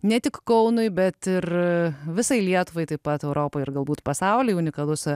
ne tik kaunui bet ir visai lietuvai taip pat europai ir galbūt pasauliui unikalus